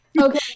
Okay